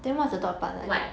white